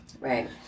right